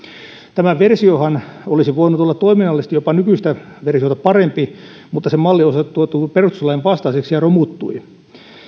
tämä versiohan olisi voinut olla toiminnallisesti jopa nykyistä versiota parempi mutta sen malli osoittautui perustuslain vastaiseksi ja romuttui